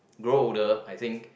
grow older I think